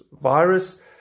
virus